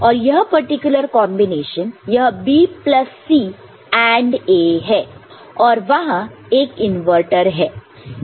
और यह particular combination यह B plus C AND A है और वहां वह इनवर्टर है